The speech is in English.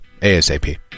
ASAP